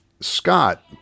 Scott